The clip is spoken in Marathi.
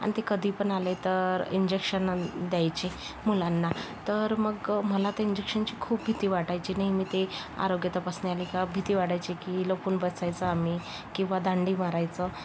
आणि ते कधी पण आले तर इंजेक्शन द्यायची मुलांना तर मग मला तर इंजेक्शनची खूप भीती वाटायची नेहमी ते आरोग्य तपासणी आली का भीती वाटायची की लपून बसायचं आम्ही किंवा दांडी मारायचो